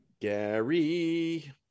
Gary